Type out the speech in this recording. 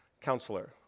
counselor